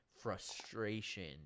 frustration